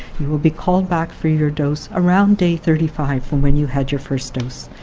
you will be called back for your dose around day thirty five from when you had your first dose.